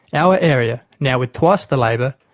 our area, now with twice the labour,